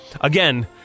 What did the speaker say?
Again